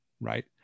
Right